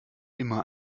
immer